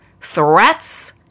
threats